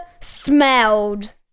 smelled